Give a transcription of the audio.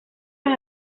los